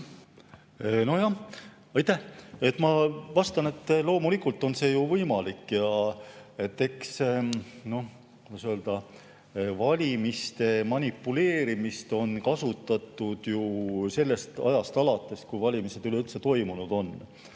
toetust. Aitäh! Ma vastan, et loomulikult on see ju võimalik. Kuidas öelda, valimiste manipuleerimist on kasutatud sellest ajast alates, kui valimised üleüldse toimunud on.